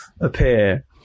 appear